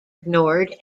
ignored